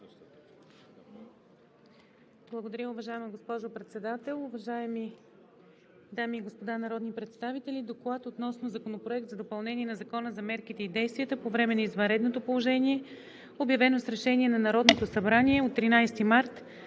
Благодаря, уважаема госпожо Председател. Уважаеми дами и господа народни представители! „Доклад относно Законопроект за допълнение на Закона за мерките и действията по време на извънредното положение, обявено с решение на Народното събрание от 13 март